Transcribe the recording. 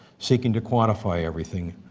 seeking to quantify everything.